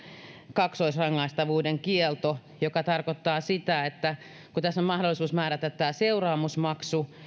kaksoisrangaistavuuden kielto joka tarkoittaa sitä että kun tässä on mahdollisuus määrätä tämä seuraamusmaksu